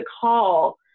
call